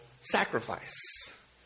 sacrifice